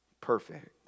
perfect